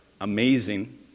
amazing